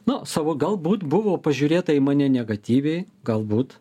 nu savo galbūt buvo pažiūrėta į mane negatyviai galbūt